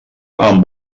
amb